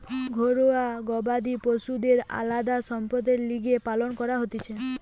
ঘরুয়া গবাদি পশুদের আলদা সম্পদের লিগে পালন করা হতিছে